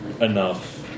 Enough